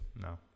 No